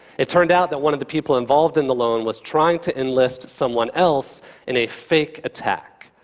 it turned out that one of the people involved in the loan was trying to enlist someone else in a fake attack.